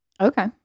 Okay